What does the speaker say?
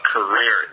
Career